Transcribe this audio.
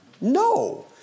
No